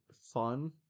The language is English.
fun